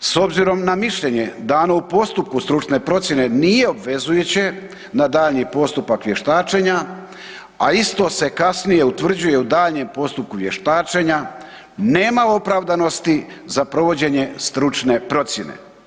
S obzirom na mišljenje dano u postupku stručne procjene nije obvezujuće na daljnji postupak vještačenja, a isto se kasnije utvrđuje u daljnjem postupku vještačenja, nema opravdanosti za provođenje stručne procjene.